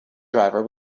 driver